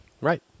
Right